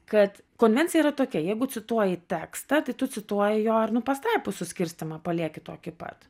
kad konvencija yra tokia jeigu cituoji tekstą tai tu cituoji jo ir nu pastraipų suskirstymą palieki tokį pat